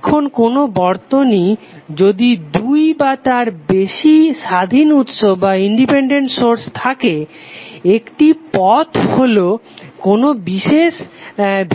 এখন কোনো বর্তনীর যদি দুই বা তার বেশি স্বাধীন উৎস থাকে একটি পথ হলো কোনো বিশেষ